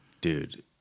Dude